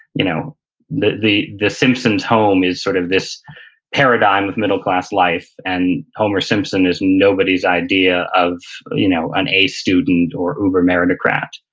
you know the the simpson's home is sort of this paradigm of middle class life, and homer simpson is nobody's idea of you know an a student or uber meritocrat.